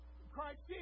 Christ